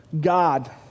God